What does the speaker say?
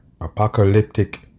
apocalyptic